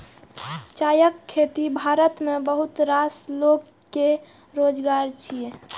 चायक खेती भारत मे बहुत रास लोक कें रोजगार दै छै